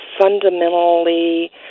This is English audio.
fundamentally